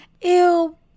Ew